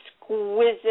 exquisite